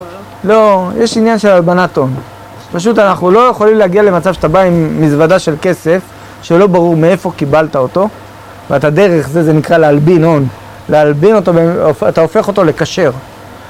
לא, יש עניין של הלבנת הון. פשוט אנחנו לא יכולים להגיע למצב שאתה בא עם מזוודה של כסף שלא ברור מאיפה קיבלת אותו ואתה דרך זה, זה נקרא להלבין הון. להלבין אותו, אתה הופך אותו לכשר